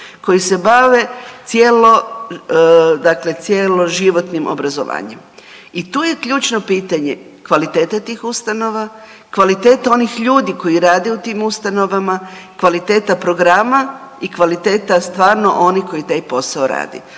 cijelo, dakle cjeloživotnim obrazovanjem i tu je ključno pitanje kvalitete tih ustanova, kvalitete onih ljudi koji rade u tim ustanovama, kvaliteta programa i kvaliteta stvarno onih koji taj posao rade.